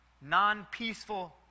non-peaceful